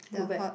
go back